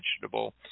vegetable